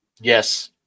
Yes